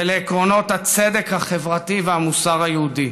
ולעקרונות הצדק החברתי והמוסר היהודי.